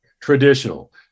traditional